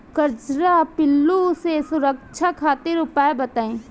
कजरा पिल्लू से सुरक्षा खातिर उपाय बताई?